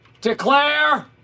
declare